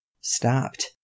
Stopped